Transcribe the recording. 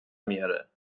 میاره